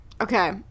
Okay